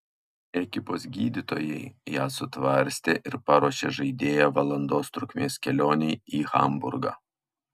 ekipos gydytojai ją sutvarstė ir paruošė žaidėją valandos trukmės kelionei į hamburgą